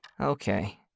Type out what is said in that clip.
Okay